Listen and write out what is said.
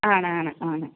ആണാണ് ആണ്